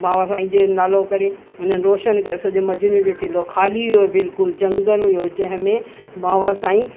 बाबा साईं जो नालो करे हुननि रोशनु कयो सॼो मजनू जो टीलो ख़ाली हुओ बिल्कुलु झंगलि हुओ जंहिं में बाबा साईं